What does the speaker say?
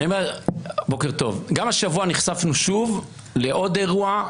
גם השבוע נחשפנו שוב לעוד אירוע,